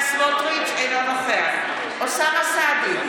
אינו נוכח אוסאמה סעדי,